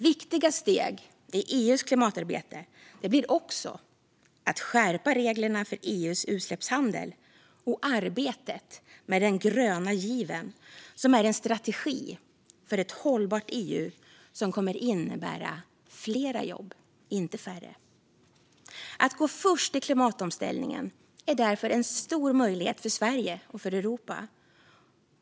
Viktiga steg i EU:s klimatarbete blir också att skärpa reglerna för EU:s utsläppshandel och arbetet med den gröna given, som är en strategi för ett hållbart EU och som kommer att innebära fler jobb, inte färre. Att gå först i klimatomställningen är därför en stor möjlighet för Sverige och för Europa.